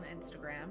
Instagram